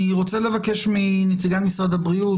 אני רוצה לבקש מנציגי משרד הבריאות